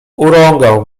urągał